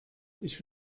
ich